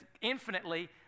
infinitely